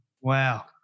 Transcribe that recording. Wow